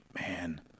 man